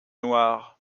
noire